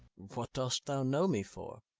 what dost thou know me for?